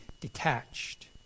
Detached